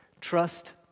Trust